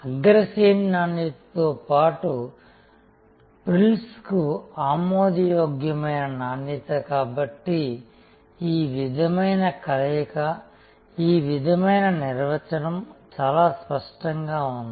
అగ్రశ్రేణి నాణ్యత తో పాటు ఫ్రిల్స్కు ఆమోదయోగ్యమైన నాణ్యత కాబట్టి ఈ విధమైన కలయిక ఈ విధమైన నిర్వచనం చాలా స్పష్టంగా ఉంది